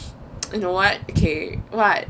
you know what okay what